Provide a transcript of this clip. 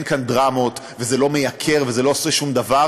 אין כאן דרמות, זה לא מייקר ולא עושה שום דבר.